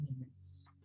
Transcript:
minutes